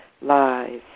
lies